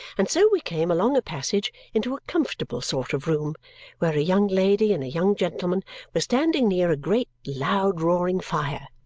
and so we came, along a passage, into a comfortable sort of room where a young lady and a young gentleman were standing near a great, loud-roaring fire.